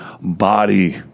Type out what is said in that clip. body